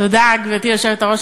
תודה, גברתי היושבת-ראש.